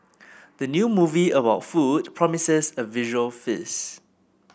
the new movie about food promises a visual feast